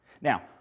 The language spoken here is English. Now